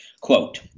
quote